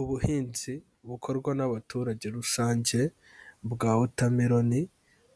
Ubuhinzi bukorwa n'abaturage rusange bwa watermelon